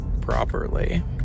properly